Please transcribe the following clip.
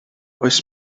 oes